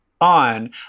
on